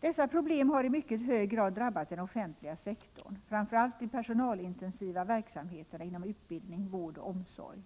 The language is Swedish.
Dessa problem har i mycket hög grad drabbat den offentliga sektorn, framför allt de personalintensiva verksamheterna inom utbildning, vård och omsorg.